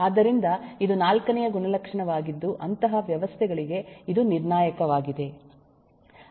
ಆದ್ದರಿಂದ ಇದು ನಾಲ್ಕನೇ ಗುಣಲಕ್ಷಣವಾಗಿದ್ದು ಅಂತಹ ವ್ಯವಸ್ಥೆಗಳಿಗೆ ಇದು ನಿರ್ಣಾಯಕವಾಗಿದೆ